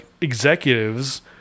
executives